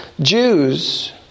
Jews